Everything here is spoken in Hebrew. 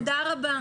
תודה רבה.